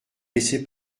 laisser